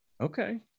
Okay